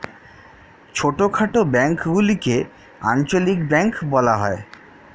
ছোটখাটো ব্যাঙ্কগুলিকে আঞ্চলিক ব্যাঙ্ক বলা হয়